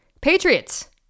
patriots